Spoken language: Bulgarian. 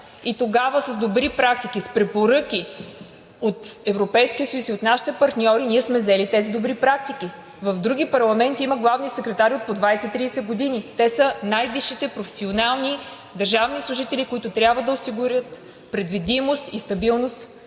И тогава с добри практики, с препоръки от Европейския съюз и от нашите партньори ние сме взели тези добри практики. В други парламенти има главни секретари от по 20 – 30 години. Те са най-висшите професионални държавни служители, които трябва да осигурят предвидимост и стабилност